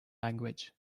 language